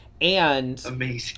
Amazing